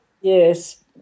Yes